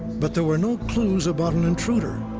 but there were no clues about an intruder.